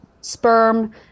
sperm